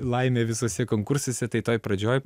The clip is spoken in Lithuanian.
laimę visuose konkursuose tai toj pradžioj